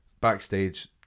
Backstage